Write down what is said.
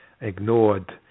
ignored